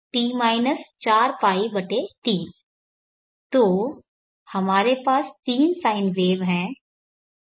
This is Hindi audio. तो हमारे पास तीन साइन वेव हैं